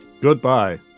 Goodbye